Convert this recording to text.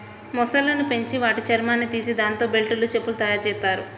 మొసళ్ళను పెంచి వాటి చర్మాన్ని తీసి దాంతో బెల్టులు, చెప్పులు తయ్యారుజెత్తారు